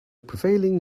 prevailing